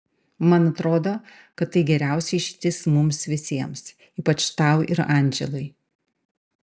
man atrodo kad tai geriausia išeitis mums visiems ypač tau ir andželai